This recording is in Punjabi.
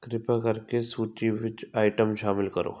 ਕਿਰਪਾ ਕਰਕੇ ਸੂਚੀ ਵਿੱਚ ਆਈਟਮ ਸ਼ਾਮਲ ਕਰੋ